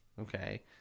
Okay